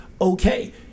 okay